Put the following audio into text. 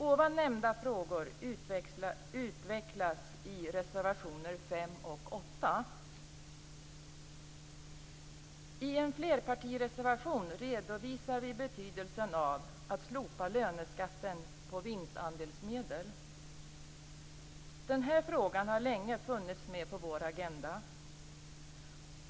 Ovan nämnda frågor utvecklas i reservationerna 5 och 8. I en flerpartireservation redovisar vi betydelsen av att slopa löneskatten på vinstandelsmedel. Den här frågan har länge funnits med på vår agenda.